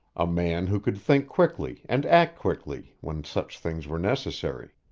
a man who could think quickly and act quickly when such things were necessary.